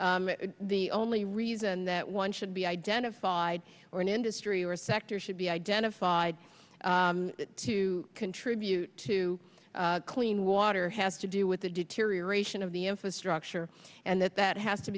the only reason that one should be identified or an industry or sector should be identified to contribute to clean water has to do with the deterioration of the infrastructure and that that has to